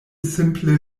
simple